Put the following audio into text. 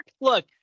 Look